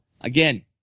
again